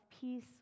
peace